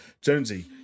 Jonesy